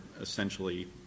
essentially